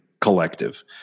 collective